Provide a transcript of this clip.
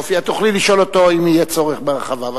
תוכלי לשאול אותו, אם יהיה צורך, בהרחבה.